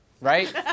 Right